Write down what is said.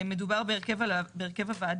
מדובר בהרכב הוועדה,